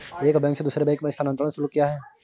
एक बैंक से दूसरे बैंक में स्थानांतरण का शुल्क क्या है?